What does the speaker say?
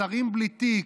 השרים בלי תיק,